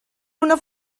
una